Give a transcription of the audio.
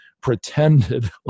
pretended